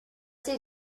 did